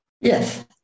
Yes